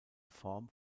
form